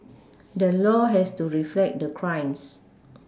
the law has to reflect the crimes